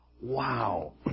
Wow